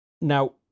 Now